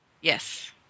Yes